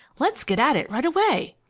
let's get at it right away.